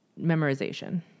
memorization